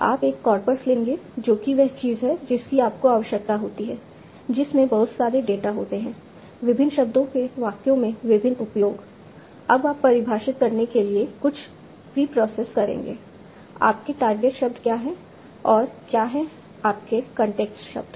तो आप एक कॉर्पस लेंगे जो कि वह चीज है जिसकी आपको आवश्यकता होती है जिसमें बहुत सारे डेटा होते हैं विभिन्न शब्दों के वाक्यों में विभिन्न उपयोग अब आप परिभाषित करने के लिए कुछ प्रीप्रोसेस करेंगे आपके टारगेट शब्द क्या हैं और क्या हैं आपके कॉन्टेक्स्ट शब्द